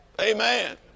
Amen